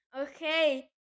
Okay